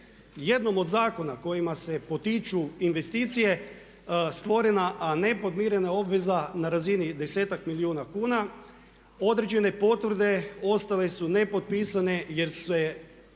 jednom od zakona po kojima se potiču investicije stvorena a nepodmirena obveza na razini desetak milijuna kuna, određene potvrde ostale su nepotpisane jer se